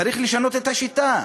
צריך לשנות את השיטה.